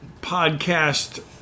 podcast